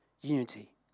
unity